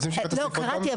לא, קראתי.